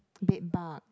bed bugs